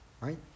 Right